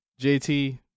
JT